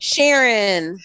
Sharon